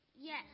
Yes